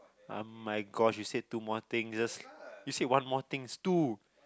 um my gosh you said two more things just you said one more thing is two